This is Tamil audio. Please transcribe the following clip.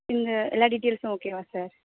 இந்த எல்லா டீட்டெயில்ஸும் ஓகேவா சார்